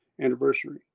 anniversary